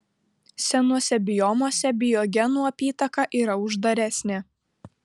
senuose biomuose biogenų apytaka yra uždaresnė